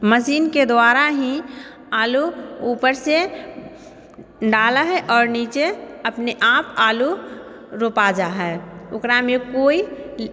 मशीनके द्वारा ही आलू उपरसँ डालै हय आओर नीचे अपने रोपा जा हय ओकरामे कोइ